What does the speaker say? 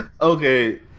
Okay